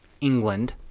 England